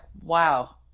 wow